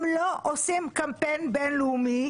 הם לא עושים קמפיין בינלאומי